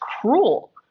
cruel